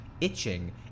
itching